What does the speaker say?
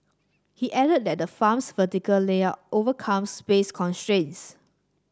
he added that the farm's vertical layout overcome space constraints